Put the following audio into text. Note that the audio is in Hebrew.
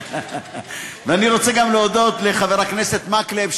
ואני רוצה להודות גם לחבר הכנסת מקלב,